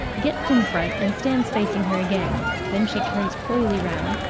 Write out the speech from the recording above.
gets in front and stands facing her again then she turns coyly round,